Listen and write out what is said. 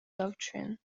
doctrine